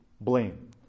blame